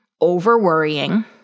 over-worrying